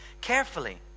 carefully